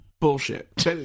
Bullshit